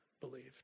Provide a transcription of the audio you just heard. believed